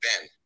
Ben